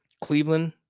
cleveland